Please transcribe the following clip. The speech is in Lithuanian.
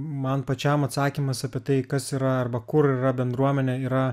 man pačiam atsakymas apie tai kas yra arba kur yra bendruomenė yra